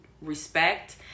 respect